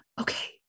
Okay